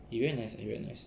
he very nice eh